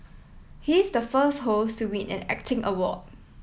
he is the first host to win an acting award